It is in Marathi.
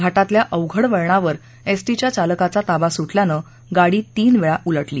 घातिल्या अवघड वळणावर एसाच्या चालकाचा ताबा सुक्यानं गाडी तीन वेळा उलाओी